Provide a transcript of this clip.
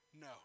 No